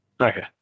Okay